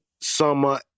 Summer